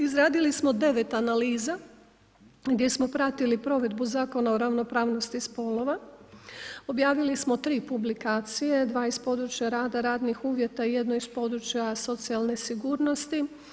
Izradili smo devet analiza gdje smo pratili provedbu Zakona o ravnopravnosti spolova, objavili smo tri publikacije, dva iz područja rada, radnih uvjeta i jedno iz područja socijalne sigurnosti.